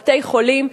בתי-חולים.